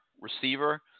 receiver